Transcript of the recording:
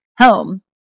home